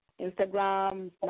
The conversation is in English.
Instagram